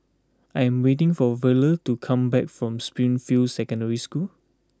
I am waiting for Verle to come back from Springfield Secondary School